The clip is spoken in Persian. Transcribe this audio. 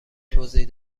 توضیح